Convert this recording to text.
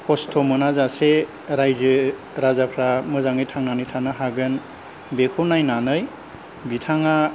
खस्थ' मोना जासे रायजो राजाफ्रा मोजाङै थांनानै थानो हागोन बेखौ नायनानै बिथाङा